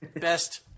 best